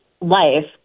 life